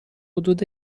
حدود